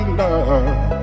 love